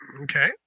Okay